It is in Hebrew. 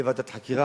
תהיה ועדת חקירה,